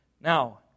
Now